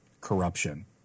corruption